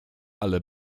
ale